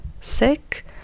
sick